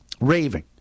Raving